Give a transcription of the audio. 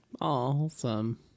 Awesome